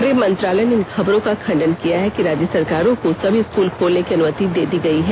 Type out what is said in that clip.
गृह मंत्रालय ने इन खबरों का खंडन किया है कि राज्य सरकारों को सभी स्कूल खोलने की अनुमति दे दी गई है